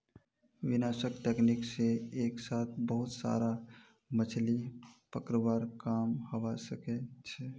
विनाशक तकनीक से एक साथ बहुत सारा मछलि पकड़वार काम हवा सके छे